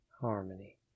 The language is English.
harmony